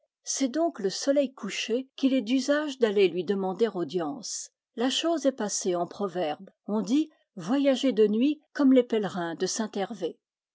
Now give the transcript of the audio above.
c'est donc le soleil couché qu'il est d'usage d'aller lui demander audience la chose est passée en proverbe on dit voyager de nuit comme les pèlerins de